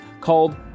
called